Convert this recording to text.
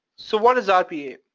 so, what is rpa?